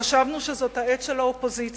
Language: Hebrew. חשבנו שזאת העת של האופוזיציה